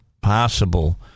possible